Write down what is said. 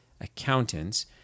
accountants